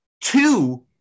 two